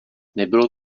nebylo